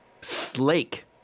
Slake